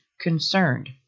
concerned